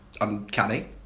uncanny